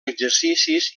exercicis